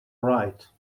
right